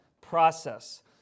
process